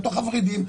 בתוך הוורידים,